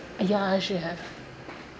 ya I should have